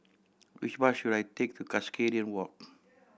which bus should I take to Cuscaden Walk